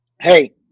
Hey